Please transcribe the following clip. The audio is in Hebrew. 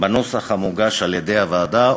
בנוסח המוגש על-ידי הוועדה.